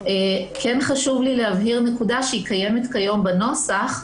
חשוב לי להבהיר נקודה שקיימת היום בנוסח,